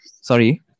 Sorry